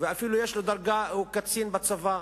ואפילו יש לו דרגה, הוא קצין בצבא,